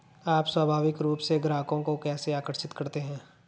आप स्वाभाविक रूप से ग्राहकों को कैसे आकर्षित करते हैं?